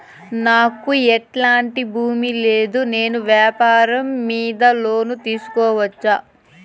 నాకు ఎట్లాంటి భూమి లేదు నేను వ్యాపారం మీద లోను తీసుకోవచ్చా?